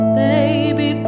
baby